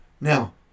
Now